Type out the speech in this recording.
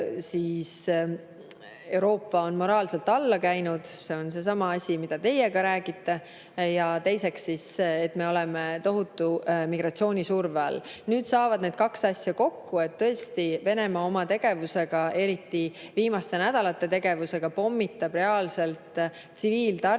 esiteks, Euroopa on moraalselt alla käinud – see on seesama asi, mida teiegi räägite –, ja teiseks, et me oleme tohutu migratsioonisurve all. Nüüd saavad need kaks asja kokku. Tõesti, Venemaa oma tegevusega, eriti viimaste nädalate tegevusega pommitab reaalselt tsiviiltaristust